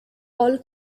all